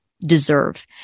deserve